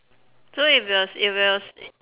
so if it was if it was